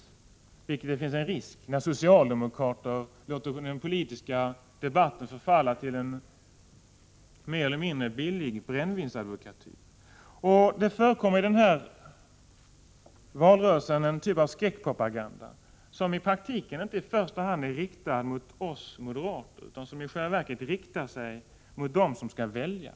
Det finns risk för att de gör detta, när socialdemokrater Om åtgärder för att låter den politiska debatten förfalla till en mer eller mindre billig brännvinsstimulera unga advokatyr. Det förekommer i den här valrörelsen en typ av skräckpropaganmänniskor äl. da som i praktiken inte främst är riktad mot oss moderater utan som i själva initiativtagande verket är riktad mot dem som skall välja.